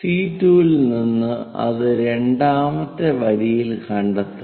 C 2 ൽ നിന്ന് അത് രണ്ടാമത്തെ വരിയിൽ കണ്ടെത്തുക